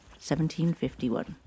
1751